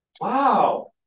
Wow